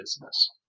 business